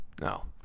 No